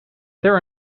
there